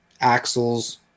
axles